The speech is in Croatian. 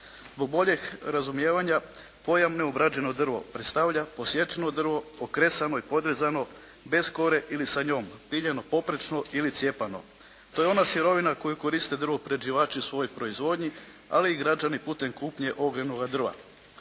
Zbog boljeg razumijevanja pojam neobrađeno drvo predstavlja posječeno drvo, okresano i podrezano bez kore ili sa njom, piljeno poprečno ili cijepano. To je ona sirovina koju koriste drvoprerađivači u svojoj proizvodnji ali i građani putem kupnju ogrjevnoga drva.